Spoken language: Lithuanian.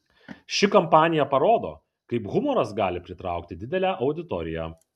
ši kampanija parodo kaip humoras gali pritraukti didelę auditoriją